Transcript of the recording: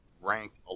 ranked